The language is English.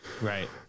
Right